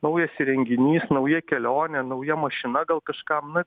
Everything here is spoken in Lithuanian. naujas įrenginys nauja kelionė nauja mašina gal kažkam na